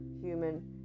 human